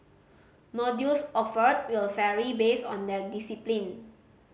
modules offered will vary based on their discipline